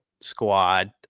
squad